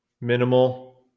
Minimal